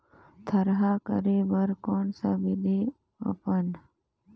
थरहा करे बर कौन सा विधि अपन?